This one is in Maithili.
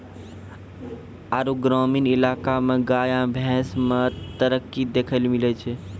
आरु ग्रामीण इलाका मे गाय या भैंस मे तरक्की देखैलै मिलै छै